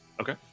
Okay